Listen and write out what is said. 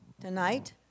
Tonight